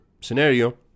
scenario